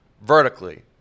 vertically